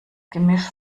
gemisch